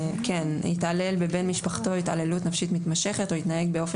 "התעלל בבן משפחתו התעללות נפשית מתמשכת או התנהג באופן